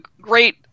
great